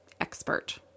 expert